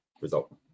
result